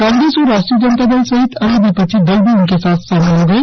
कांग्रेस और राष्ट्रीय जनता दल सहित अन्य विपक्षी दल भी उनके साथ शामिल हो गये